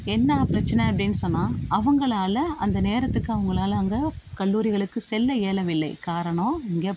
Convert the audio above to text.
என்ன பிரச்சனை அப்படின் சொன்னால் அவங்களால அந்த நேரத்துக்கு அவங்களால அந்த கல்லூரிகளுக்குச் செல்ல இயலவில்லை காரணம் இங்கே